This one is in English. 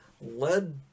led